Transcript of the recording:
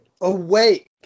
awake